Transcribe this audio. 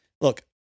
look